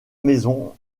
maison